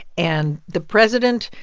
and the president,